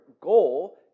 goal